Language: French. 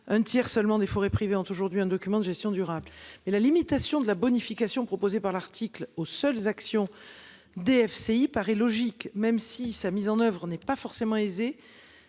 Un tiers seulement des forêts privées ont aujourd'hui un document de gestion durable et la limitation de la bonification proposée par l'article aux seules actions DFCI paraît logique, même si sa mise en oeuvre. On n'est pas forcément aisée.